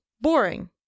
boring